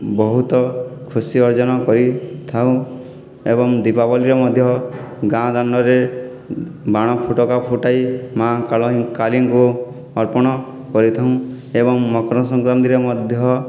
ବହୁତ ଖୁସି ଅର୍ଜନ କରିଥାଉଁ ଏବଂ ଦୀପାବଳିରେ ମଧ୍ୟ ଗାଁ ଦାଣ୍ଡରେ ବାଣ ଫୁଟକା ଫୁଟାଇ ମାଁ କାଳୀଙ୍କୁ ଅର୍ପଣ କରିଥାଉଁ ଏବଂ ମକରସଂକ୍ରାନ୍ତିରେ ମଧ୍ୟ